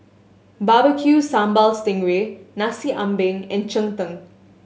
Barbecue Sambal sting ray Nasi Ambeng and cheng tng